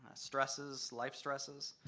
stresses, life stresses,